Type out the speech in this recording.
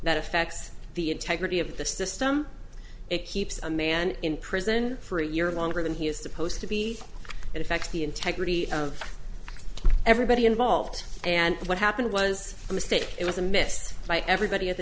that affects the integrity of the system it keeps a man in prison for a year longer than he is supposed to be it affects the integrity of everybody involved and what happened was a mistake it was a missed by everybody at the